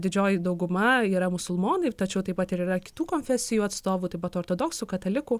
didžioji dauguma yra musulmonai tačiau taip pat ir yra kitų konfesijų atstovų taip pat ortodoksų katalikų